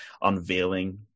unveiling